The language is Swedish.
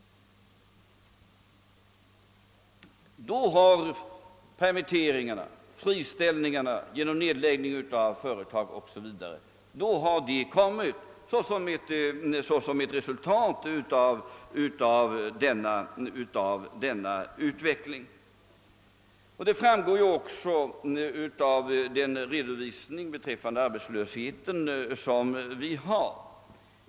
Som ett resultat av denna utveckling har permitteringarna och friställningarna i samband med nedläggning av företag o. s. v. kommit. Detta framgår också av den redovisning över arbetslösheten som föreligger.